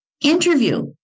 interview